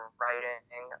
writing